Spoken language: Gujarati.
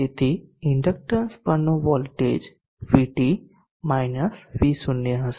તેથી ઇન્ડક્ટન્સ પરનો વોલ્ટેજ VT V0 હશે